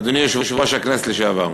אדוני יושב-ראש הכנסת לשעבר,